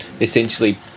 essentially